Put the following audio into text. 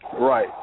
Right